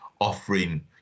offering